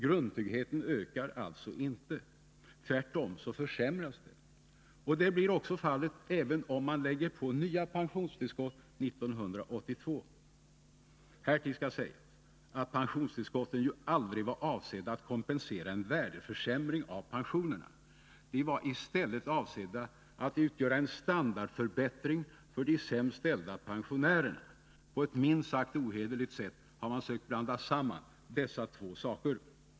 Grundtryggheten ökar alltså inte. Tvärtom så försämras den. Och det blir också fallet även om mari lägger på nya pensionstillskott 1982. Härtill skall sägas att pensionstillskotten ju aldrig var avsedda att kompensera en värdeförsämring av pensionerna. De var i stället avsedda att utgöra en standardförbättring för de sämst ställda pensionärerna. På ett minst sagt ohederligt sätt har man sökt blanda samman dessa två saker.